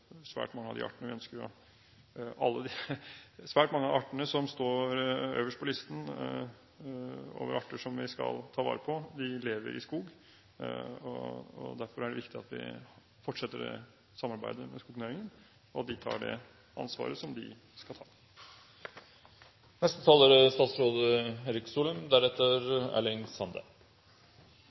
svært mange av de artene som står øverst på listen over arter som vi skal ta vare på, lever i skog. Derfor er det viktig at vi fortsetter samarbeidet med skognæringen, og at de tar det ansvaret som de skal ta. Det området vi snakker om nå, er